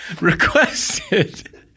requested